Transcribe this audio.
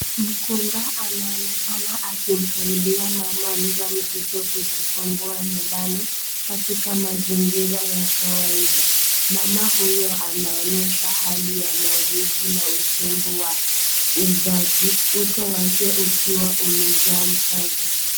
Mkunga anaonekana akimsaidia mama mjamzito kujifungua nyumbani katika mazingira ya kawaida. Mama huyo anaonyesha hali ya maumivu na uchungu wa uzazi, uso wake ukiwa umejaa mkazo.